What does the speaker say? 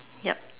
yup